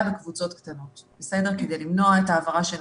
בקבוצות קטנות כדי למנוע את העברת הנגיף,